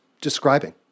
describing